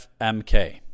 FMK